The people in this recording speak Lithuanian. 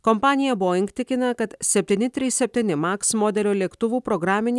kompanija boeing tikina kad septyni trys septyni maks modelio lėktuvų programinė